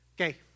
okay